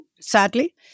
sadly